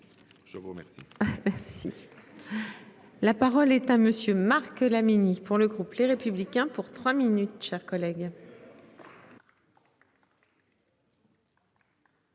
Je vous remercie. La parole est à monsieur Marc la Mini pour le groupe Les Républicains pour trois minutes, chers collègues.